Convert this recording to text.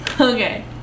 Okay